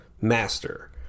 master